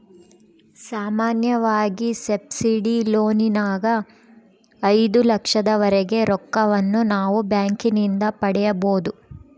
ಸಾಮಾನ್ಯವಾಗಿ ಸಬ್ಸಿಡಿ ಲೋನಿನಗ ಐದು ಲಕ್ಷದವರೆಗೆ ರೊಕ್ಕವನ್ನು ನಾವು ಬ್ಯಾಂಕಿನಿಂದ ಪಡೆಯಬೊದು